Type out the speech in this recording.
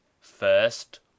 first